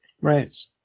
Right